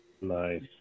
Nice